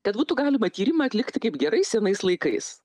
kad būtų galima tyrimą atlikti kaip gerais senais laikais